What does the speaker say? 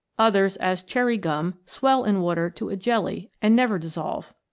others, as cherry gum, swell in water to a jelly and never dissolve.